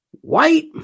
white